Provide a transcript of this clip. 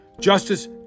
Justice